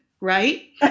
right